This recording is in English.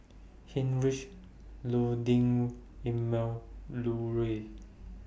Heinrich Emil Luering